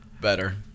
Better